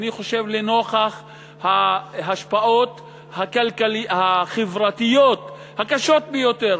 לנוכח ההשפעות החברתיות הקשות ביותר,